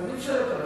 ומי משלם את המחיר?